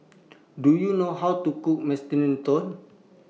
Do YOU know How to Cook